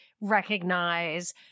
recognize